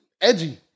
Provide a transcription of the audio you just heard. edgy